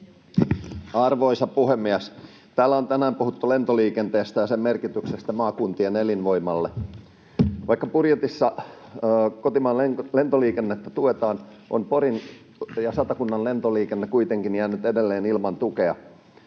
Arvoisa puhemies! Täällä on tänään puhuttu lentoliikenteestä ja sen merkityksestä maakuntien elinvoimalle. Vaikka budjetissa kotimaan lentoliikennettä tuetaan, on Porin ja Satakunnan lentoliikenne kuitenkin jäänyt edelleen ilman tukea.